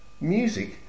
music